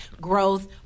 growth